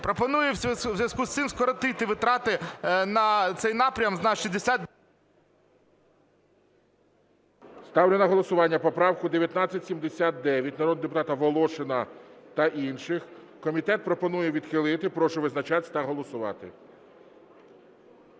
Пропоную у зв'язку з цим скоротити витрати на цей напрям на 60. ГОЛОВУЮЧИЙ. Ставлю на голосування поправку 1979 народного депутата Волошина та інших. Комітет пропонує відхилити. Прошу визначатися та голосувати.